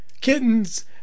kittens